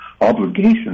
obligations